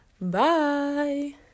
bye